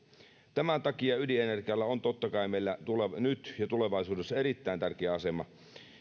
tämän takia ydinenergialla on totta kai meillä nyt ja tulevaisuudessa erittäin tärkeä asema